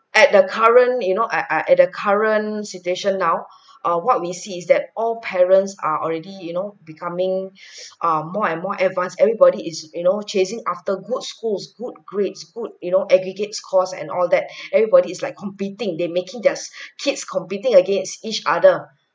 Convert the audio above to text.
at the current you know I I at the current situation now err what we see is that all parents are already you know becoming err more and more advanced everybody is you know chasing after good schools good grades good you know aggregates course and all that everybody's like competing they making their kids competing against each other